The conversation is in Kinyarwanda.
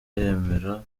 yemera